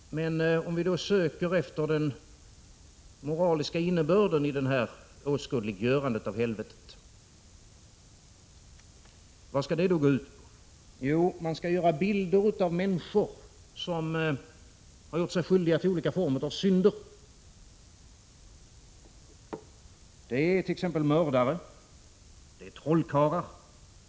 Men om vi söker efter den moraliska innebörden i detta åskådliggörande av helvetet, vad skall då detta gå ut på? Jo, man skall göra bilder av människor som har gjort sig skyldiga till olika former av synder. Det gäller t.ex. mördare och trollkarlar.